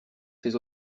ses